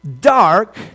dark